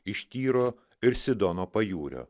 iš tyro ir sidono pajūrio